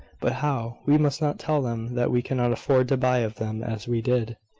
but how? we must not tell them that we cannot afford to buy of them as we did.